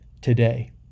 today